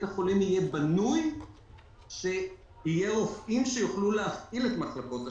החולים יהיה בנוי יהיו רופאים שיוכלו להפעיל את מחלקות השיקום.